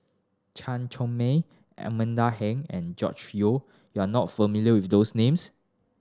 Chan Chong Mei Amanda Heng and George Yong you are not familiar with those names